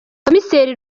komiseri